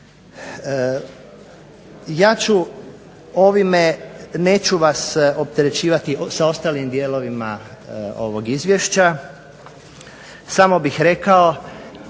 Ja ću ovime, neću vas opterećivati sa ostalim dijelovima ovog izvješća samo bih rekao